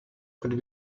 could